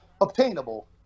obtainable